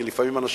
כי לפעמים אנשים,